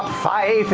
fi,